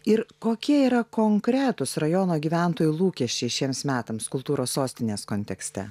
ir kokie yra konkretūs rajono gyventojų lūkesčiai šiems metams kultūros sostinės kontekste